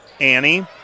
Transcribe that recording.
Annie